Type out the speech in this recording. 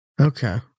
Okay